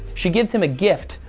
she gives him a gift,